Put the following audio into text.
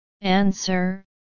Answer